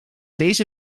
deze